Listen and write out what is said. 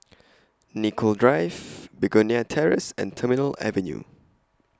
Nicoll Drive Begonia Terrace and Terminal Avenue